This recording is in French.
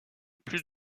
plus